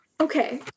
okay